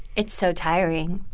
it's so tiring.